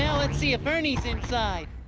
yeah let's see if ernie's inside.